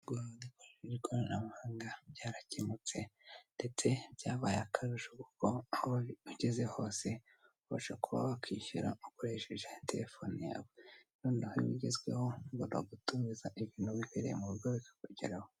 Ikoranabuhanga byarakemutse ndetse byabaye akarusho kuko aho ugeze hose, ubasha kuba wakishyura ukoresheje telefone yawe. Noneho ibigezweho ushobora gutumiza ibintu wihereye mu rugo bikakugeraho.